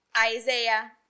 Isaiah